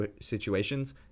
situations –